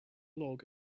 log